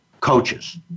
coaches